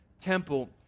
temple